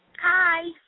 hi